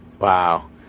Wow